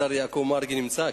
השר יעקב מרגי נמצא?